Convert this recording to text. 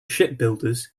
shipbuilders